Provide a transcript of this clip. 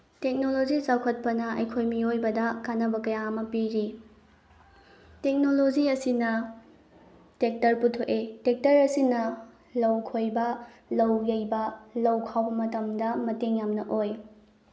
technology ꯆꯥꯎꯈꯠꯄꯅ ꯑꯩꯈꯣꯏ ꯃꯤꯑꯣꯏꯕꯗ ꯀꯥꯅꯕ ꯀꯌꯥ ꯑꯃ ꯄꯤꯔꯤ ꯇꯦꯛꯅꯣꯂꯣꯖꯤ ꯑꯁꯤꯅ ꯇꯦꯛꯇꯔ ꯄꯨꯊꯣꯛꯏ ꯇꯦꯛꯇꯔ ꯑꯁꯤꯅ ꯂꯧ ꯈꯣꯏꯕ ꯂꯧ ꯌꯩꯕ ꯂꯧ ꯈꯥꯎꯕ ꯃꯇꯝꯗ ꯃꯇꯦꯡ ꯌꯥꯝꯅ ꯑꯣꯏ